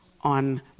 on